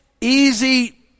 easy